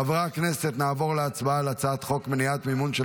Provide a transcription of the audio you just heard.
חברי הכנסת נעבור להצבעה על הצעת חוק מניעת מימון של